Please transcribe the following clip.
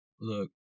look